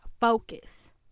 focus